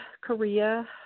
Korea